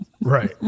Right